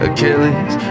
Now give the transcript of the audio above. Achilles